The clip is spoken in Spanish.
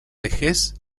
vejez